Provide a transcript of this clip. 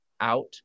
out